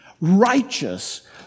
righteous